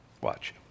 Watch